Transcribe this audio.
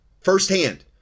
firsthand